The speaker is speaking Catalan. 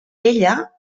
ella